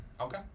Okay